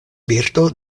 birdo